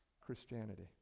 Christianity